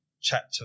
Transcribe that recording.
chapter